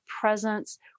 presence